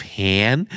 hand